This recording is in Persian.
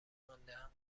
ماندهاند